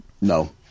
no